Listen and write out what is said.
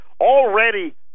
Already